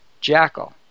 Jackal